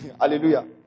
Hallelujah